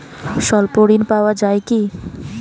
স্বল্প ঋণ পাওয়া য়ায় কি?